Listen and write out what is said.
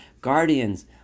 guardians